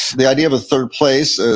the idea of a third place, ah